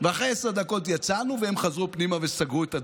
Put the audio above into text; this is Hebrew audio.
ואחרי עשר דקות יצאנו והם חזרו פנימה וסגרו את הדלת.